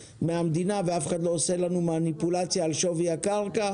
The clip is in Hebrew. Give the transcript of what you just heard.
מהמדינה ואף אחד לא עושה לנו מניפולציה על שווי הקרקע,